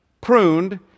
pruned